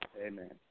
Amen